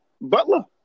Butler